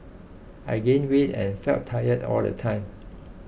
I gained weight and felt tired all the time